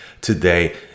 today